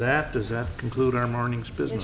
that does that include our morning's business